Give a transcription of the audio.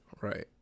Right